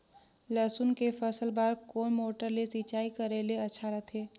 लसुन के फसल बार कोन मोटर ले सिंचाई करे ले अच्छा रथे?